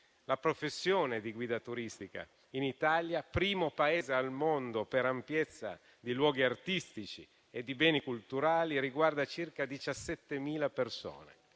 La professione di guida turistica in Italia, primo Paese al mondo per ampiezza di luoghi artistici e di beni culturali, riguarda circa 17.000 persone.